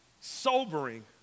sobering